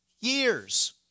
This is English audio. years